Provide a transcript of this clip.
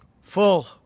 full